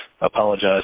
apologize